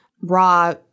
raw